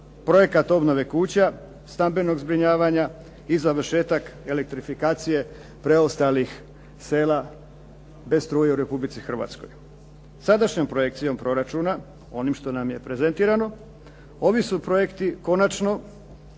projekat obnove kuća, stambenog zbrinjavanja i završetak elektrifikacije preostalih sela bez struje u Republici Hrvatskoj. Sadašnjom projekcijom proračuna, ono što nam je prezentirano, ovi su projekti konačno